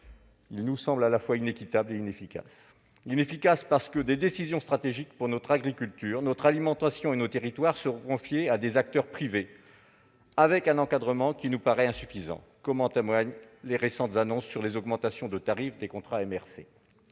nous semble à la fois inéquitable et inefficace. Inefficace, parce que des décisions stratégiques pour notre agriculture, notre alimentation et nos territoires seront confiées à des acteurs privés, avec un encadrement qui nous paraît insuffisant. En témoignent les récentes annonces sur les augmentations de tarifs des contrats MRC.